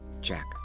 Jack